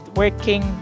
working